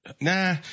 nah